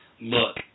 look